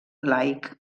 laic